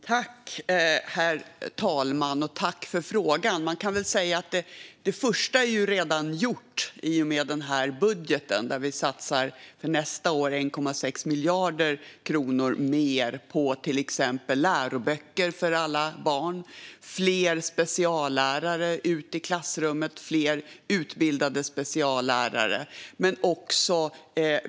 Herr talman! Jag tackar för frågan. Man kan säga att det första redan är gjort i och med budgeten, där vi nästa år satsar 1,6 miljarder kronor mer på till exempel läroböcker för alla barn, fler speciallärare ute i klassrummen och fler utbildade speciallärare.